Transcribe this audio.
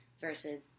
versus